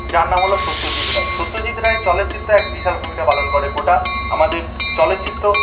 যার নাম হলো সত্যজিৎ রায় সত্যজিৎ রায় চলচ্চিত্রে এক বিশাল ভূমিকা পালন করে গোটা আমাদের চলচ্চিত্র